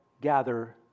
gather